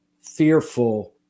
fearful